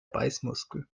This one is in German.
beißmuskel